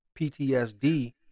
PTSD